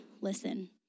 listen